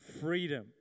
freedom